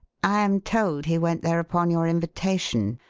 i am told he went there upon your invitation,